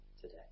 today